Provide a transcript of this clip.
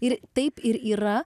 ir taip ir yra